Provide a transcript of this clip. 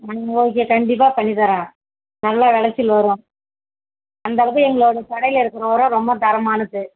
மண் ஓகே கண்டிப்பாக பண்ணித்தரேன் நல்லா விளச்சல் வரும் அந்த அளவுக்கு எங்களோட கடையில் இருக்கிற உரம் ரொம்ப தரமானது